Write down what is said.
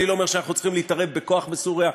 אני לא אומר שאנחנו צריכים להתערב בכוח בסוריה,